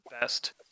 best